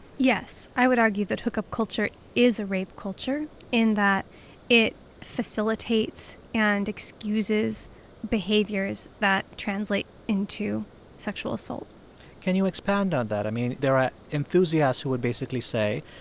yes, i would argue that hookup culture is a rape culture in that it facilitates and excuses behaviors that translate into sexual assault can you expand on that? i mean, there are enthusiasts who would basically say,